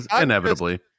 inevitably